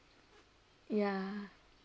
ya